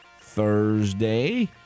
Thursday